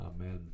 Amen